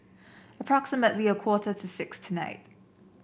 approximately a quarter to six tonight